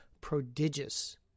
prodigious